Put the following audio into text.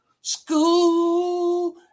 School